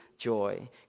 joy